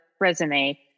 resume